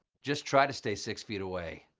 just try to stay six feet away.